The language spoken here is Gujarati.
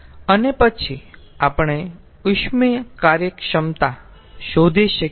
અને પછી આપણે ઉષ્મીય કાર્યક્ષમતા શોધી શકીયે